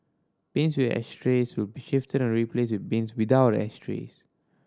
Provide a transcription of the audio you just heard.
bins with ashtrays will be shifted or replaced with bins without ashtrays